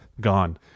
gone